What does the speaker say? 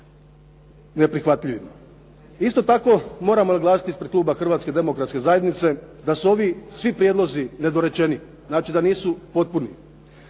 Isto tako, moramo naglasiti ispred kluba Hrvatske demokratske zajednice da su ovi svi prijedlozi nedorečeni, znači da nisu potpuni,